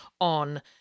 on